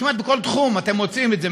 כמעט בכל תחום מוצאים את זה,